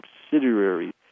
subsidiary